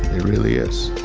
it really is